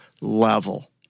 level